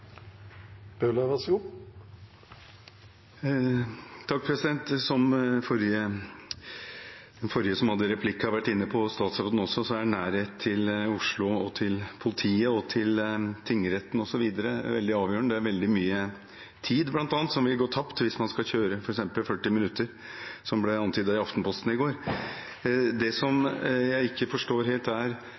nærhet til Oslo, til politiet, til tingretten osv. veldig avgjørende. Veldig mye tid, bl.a., vil gå tapt hvis man skal kjøre f.eks. 40 minutter, som det ble antydet i Aftenposten i går. Det jeg ikke forstår helt, er